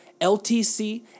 LTC